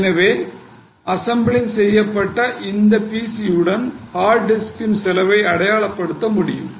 எனவே அசெம்பிள் செய்யப்பட்ட அந்த PC வுடன் ஹார்ட் டிஸ்கின் செலவை அடையாளப்படுத்த முடியும்